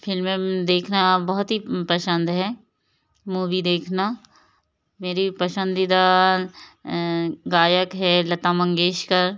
फ़िल्में देखना बहुत ही पसंद है मूवी देखना मेरी पसंदीदा गायक है लता मंगेशकर